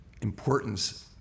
importance